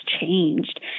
changed